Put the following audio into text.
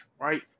right